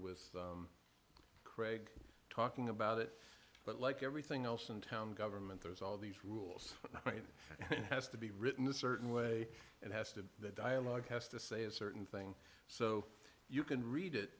with craig talking about it but like everything else in town government there's all these rules right has to be written a certain way and has to that dialogue has to say a certain thing so you can read